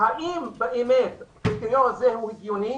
האם באמת הקריטריון הזה הוא הגיוני?